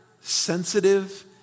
sensitive